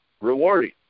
rewarding